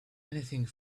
anything